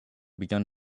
begun